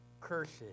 curses